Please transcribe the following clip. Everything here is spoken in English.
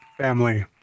Family